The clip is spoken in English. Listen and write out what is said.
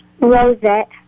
Rosette